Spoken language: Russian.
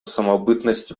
самобытности